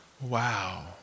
Wow